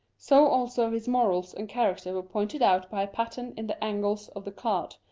so also his morals and character were pointed out by a pattern in the angles of the card,